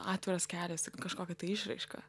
atviras kelias ir kažkokia išraiška